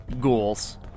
ghouls